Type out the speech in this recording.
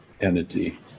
entity